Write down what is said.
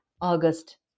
August